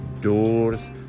doors